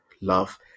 love